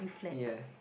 ya